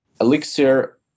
Elixir